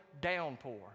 downpour